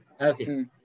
Okay